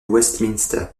westminster